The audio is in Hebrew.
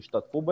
תשתתפו,